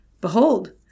Behold